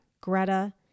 Greta